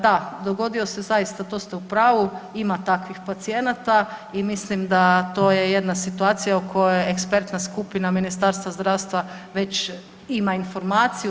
Da, dogodio se zaista to ste u pravu, ima takvih pacijenata i mislim da to je jedna situacija o kojoj ekspertna skupina Ministarstva zdravstva već ima informaciju.